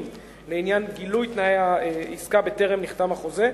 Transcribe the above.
לעניין גילוי תנאי העסקה בטרם נחתם החוזה,